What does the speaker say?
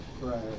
Right